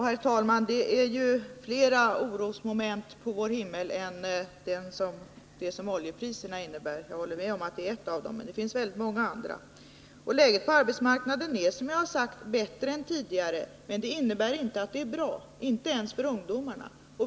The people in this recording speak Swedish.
Herr talman! Det finns ju flera orosmoln på vår himmel än det som oljepriserna innebär, men jag håller med om att det är ett av dem. Läget på arbetsmarknaden är, som jag har sagt, bättre än tidigare, men det betyder inte att det är bra, inte ens för ungdomarna.